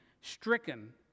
stricken